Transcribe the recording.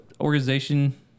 organization